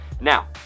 Now